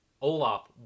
Olaf